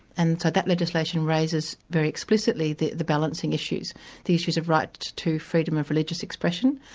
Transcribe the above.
and so that legislation raises very explicitly the the balancing issues the issues of right to freedom of religious expression,